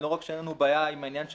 לא רק שאין לנו בעיה עם הדי-ג'ייז,